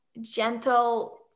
gentle